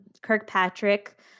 Kirkpatrick